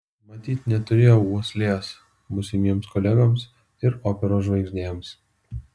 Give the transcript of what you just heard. matyt neturėjau uoslės būsimiems kolegoms ir operos žvaigždėms